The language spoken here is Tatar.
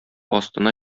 астына